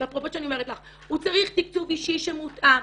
הוא צריך תקצוב אישי שמותאם,